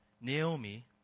Naomi